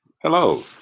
Hello